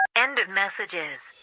end of messages